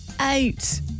eight